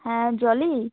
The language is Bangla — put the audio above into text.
হ্যাঁ জলি